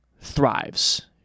thrives